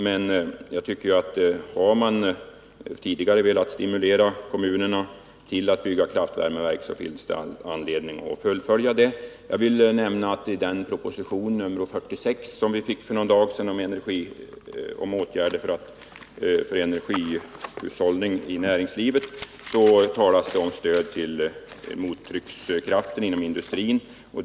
Men jag tycker att har man tidigare velat stimulera kommunerna till att bygga kraftvärmeverk finns det anledning att fullfölja Jag vill nämna att i den proposition nr 46 som vi fick för några dagar sedan om stöd till vissa energibesparande åtgärder inom näringslivet föreslås att stöd till utbyggnad av mottryckskraften inom industrin skall ökas.